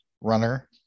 runner